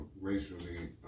racially